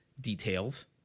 details